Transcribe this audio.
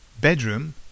Bedroom